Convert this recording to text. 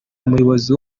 umuyobozi